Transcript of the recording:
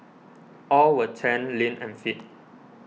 all were tanned lean and fit